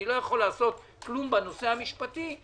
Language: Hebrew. אני לא יכול לעשות כלום בנושא המשפטי,